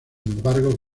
embargo